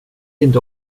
inte